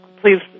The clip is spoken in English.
please